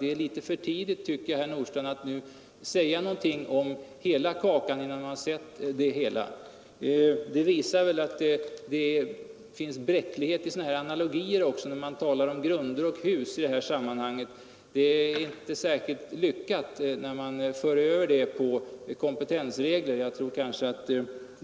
Det är litet för tidigt att herr Nordstrandh redan nu säger någonting om hela kakan innan han sett alla dess delar. Det visar väl bräcklighet i analogin, när man talar om grunder och hus i detta sammanhang. Det är inte särskilt lyckat att föra över denna bild till kompetensregler.